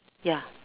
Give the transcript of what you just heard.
ya